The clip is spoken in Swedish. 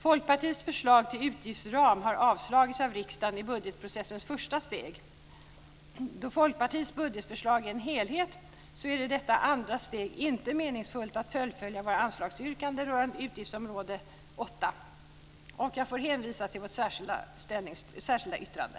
Folkpartiets förslag till utgiftsram har avslagits av riksdagen i budgetsprocessens första steg. Då Folkpartiets budgetförslag är en helhet är det i detta andra steg inte meningsfullt att fullfölja våra anslagsyrkanden rörande utgiftsområde 8. Jag får hänvisa till vårt särskilda yttrande.